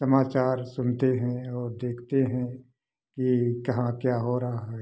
समाचार सुनते हैं और देखते हैं कि कहाँ क्या हो रहा है